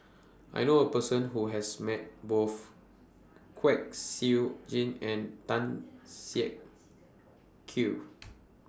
I know A Person Who has Met Both Kwek Siew Jin and Tan Siak Kew